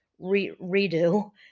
redo